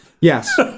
Yes